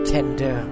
Tender